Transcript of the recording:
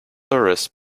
tourists